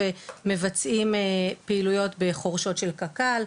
ומבצעים פעילויות בחורשות של קק"ל,